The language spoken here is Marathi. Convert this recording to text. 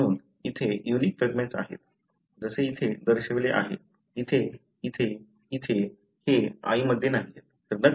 म्हणून इथे युनिक फ्रॅगमेंट्स आहेत जसे इथे दर्शविले आहे इथे इथे इथे हे आईमध्ये नाहीयेत